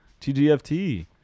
TGFT